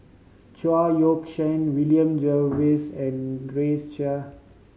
Chao Yoke San William Jervois and Grace Chia